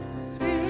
Sweet